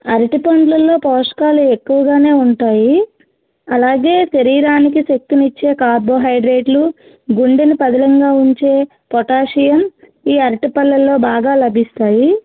అరటిపండ్లలో పోషకాలు ఎక్కువగానే ఉంటాయి అలాగే శరీరానికి శక్తినిచ్చే కార్బోహైడ్రేట్లు గుండెను పదిలంగా ఉంచే పొటాషియం ఈ అరటిపళ్ళల్లో బాగా లభిస్తాయి